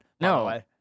No